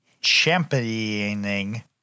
Championing